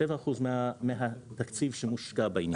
שבע אחוז מהתקציב שמושקע בעניין.